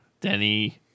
Denny